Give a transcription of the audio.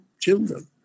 children